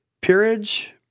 peerage